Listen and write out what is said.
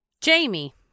Jamie